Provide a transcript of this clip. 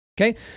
Okay